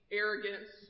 arrogance